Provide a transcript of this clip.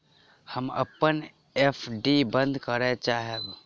हम अपन एफ.डी बंद करय चाहब